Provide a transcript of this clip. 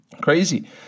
crazy